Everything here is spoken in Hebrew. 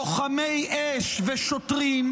לוחמי אש ושוטרים,